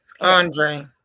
Andre